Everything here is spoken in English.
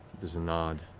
there's a nod.